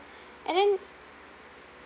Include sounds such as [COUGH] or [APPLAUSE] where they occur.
[BREATH] and then